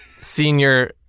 senior